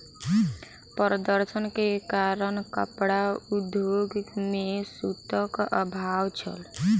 प्रदर्शन के कारण कपड़ा उद्योग में सूतक अभाव छल